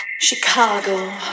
Chicago